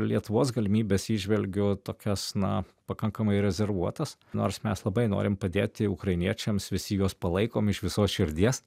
lietuvos galimybes įžvelgiu tokias na pakankamai rezervuotas nors mes labai norim padėti ukrainiečiams visi juos palaikom iš visos širdies